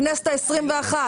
הכנסת העשרים-ואחת,